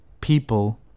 people